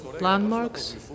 landmarks